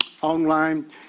online